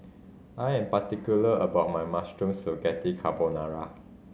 I'm particular about my Mushroom Spaghetti Carbonara